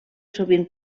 sovint